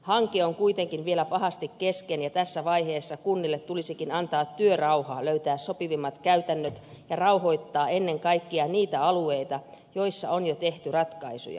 hanke on kuitenkin vielä pahasti kesken ja tässä vaiheessa kunnille tulisikin antaa työrauhaa löytää sopivimmat käytännöt ja rauhoittaa ennen kaikkea niitä alueita joilla on jo tehty ratkaisuja